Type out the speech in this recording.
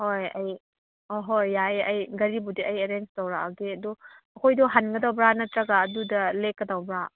ꯍꯣꯏ ꯑꯩ ꯍꯣꯏ ꯍꯣꯏ ꯌꯥꯏꯌꯦ ꯑꯩ ꯒꯥꯔꯤꯕꯨꯗꯤ ꯑꯩ ꯑꯦꯔꯦꯟꯖ ꯇꯧꯔꯛꯑꯒꯦ ꯑꯗꯨ ꯑꯩꯈꯣꯏꯗꯣ ꯍꯟꯒꯗꯕ꯭ꯔꯥ ꯅꯠꯇ꯭ꯔꯒ ꯑꯗꯨꯗ ꯂꯦꯛꯀꯗꯧꯕ꯭ꯔꯥ